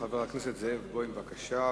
חבר הכנסת זאב בוים, בבקשה.